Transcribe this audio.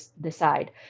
decide